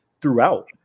throughout